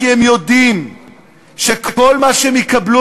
כי הם יודעים שכל מה שהם יקבלו,